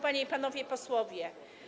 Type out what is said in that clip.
Panie i Panowie Posłowie!